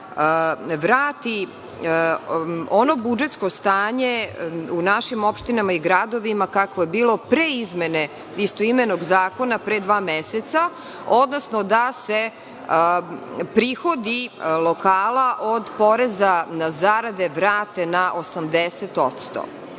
da vrati ono budžetsko stanje u našim opštinama i gradovima kako je bilo pre izmene istoimenog zakona pre dva meseca, odnosno da se prihodi lokala od poreza na zarade vrate na 80%.To